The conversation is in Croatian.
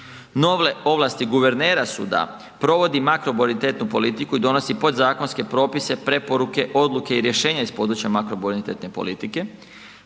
Nove ovlasti guvernera su da provodi makrobonitetnu politiku i donosi podzakonske propise, preporuke, odluke i rješenja iz područja makrobonitetne politike,